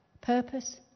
purpose